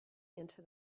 into